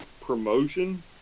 promotion